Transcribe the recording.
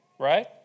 right